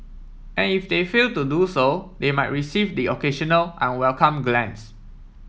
and if they fail to do so they might receive the occasional unwelcome glance